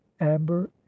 amber